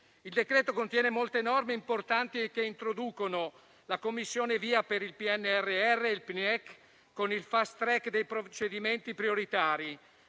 Il decreto contiene molte norme importanti che introducono la Commissione VIA per i progetti PNRR-PNIEC, con il *fast track* dei procedimenti prioritari,